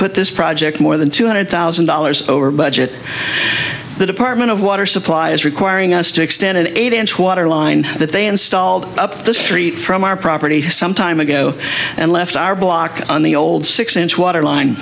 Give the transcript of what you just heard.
put this project more than two hundred thousand dollars over budget the department of water supply is requiring us to extend an eight inch water line that they installed up the street from our property some time ago and left our block on the old six inch water line